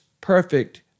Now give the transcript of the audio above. perfect